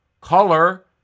Color